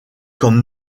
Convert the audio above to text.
comme